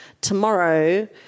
tomorrow